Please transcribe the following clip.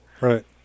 Right